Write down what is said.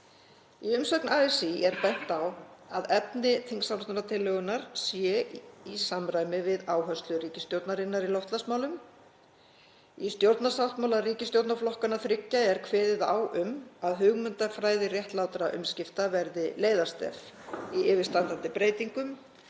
Í umsögn ASÍ er bent á að efni þingsályktunartillögunnar sé í samræmi við áherslur ríkisstjórnarinnar í loftslagsmálum. Í stjórnarsáttmála ríkisstjórnarflokkanna þriggja er kveðið á um að hugmyndafræði réttlátra umskipta verði leiðarstef í yfirstandandi breytingum